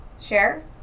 share